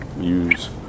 Use